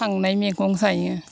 खांनाय मैगं जायो